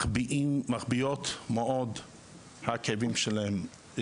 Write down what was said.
מחביאות מאוד את הכאבים שלהן.